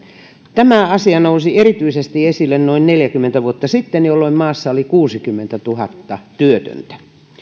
tämä asia nousi erityisesti esille noin neljäkymmentä vuotta sitten jolloin maassa oli kuusikymmentätuhatta työtöntä